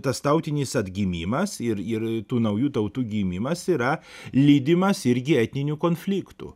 tas tautinis atgimimas ir ir tų naujų tautų gimimas yra lydimas irgi etninių konfliktų